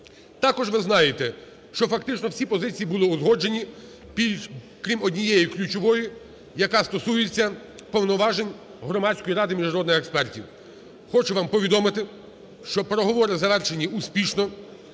Також ви знаєте, що фактично всі позиції були узгоджені, крім однієї, ключової, яка стосується повноважень Громадської ради міжнародних експертів. Хочу вам повідомити, що переговорити завершені успішно,